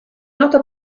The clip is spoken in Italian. nota